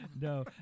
no